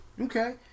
Okay